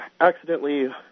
accidentally